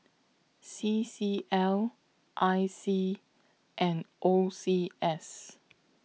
C C L I C and O C S